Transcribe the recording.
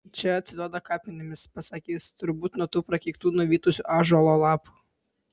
čia atsiduoda kapinėmis pasakė jis turbūt nuo tų prakeiktų nuvytusių ąžuolo lapų